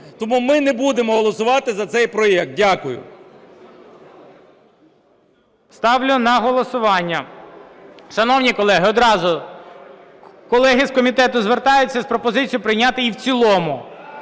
Тому ми не будемо голосувати за цей проект. Дякую. ГОЛОВУЮЧИЙ. Ставлю на голосування. Шановні колеги, одразу: колеги з комітету звертаються з пропозицією прийняти і в цілому.